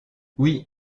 oui